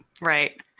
Right